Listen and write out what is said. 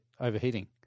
overheating